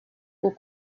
pour